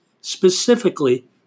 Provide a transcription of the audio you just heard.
specifically